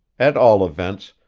at all events,